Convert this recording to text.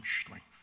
strength